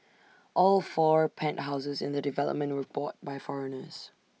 all four penthouses in the development were bought by foreigners